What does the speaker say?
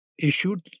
issued